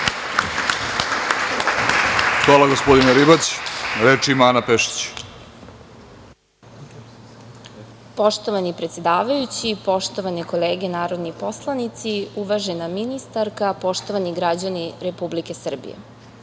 Hvala, gospodine Ribać. Reč ima Ana Pešić. **Ana Pešić** Poštovani predsedavajući, poštovane kolege narodni poslanici, uvažena ministarka, poštovani građani Republike Srbije,